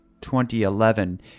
2011